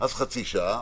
חצי שעה.